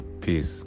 Peace